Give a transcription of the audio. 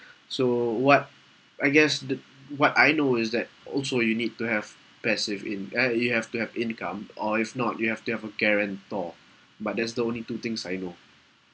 so what I guess that what I know is that also you need to have passive in~ eh you have to have income or if not you have to have a guarantor but that's the only two things I know